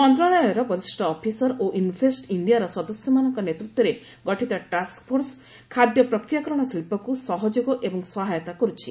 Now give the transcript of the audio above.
ମନ୍ତ୍ରଣାଳୟର ବରିଷ୍ଠ ଅଫିସର ଓ ଇନ୍ଭେଷ୍ଟ ଇଣ୍ଡିଆର ସଦସ୍ୟମାନଙ୍କ ନେତୃତ୍ୱରେ ଗଠିତ ଟାସ୍କଫୋର୍ସ ଖାଦ୍ୟ ପ୍ରକ୍ରିୟାକରଣ ଶିଳ୍ପକୁ ସହଯୋଗ ଏବଂ ସହାୟତା କର୍ରଛି